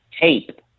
tape